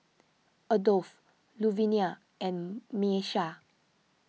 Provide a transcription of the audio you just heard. Adolf Luvenia and Miesha